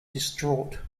distraught